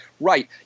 right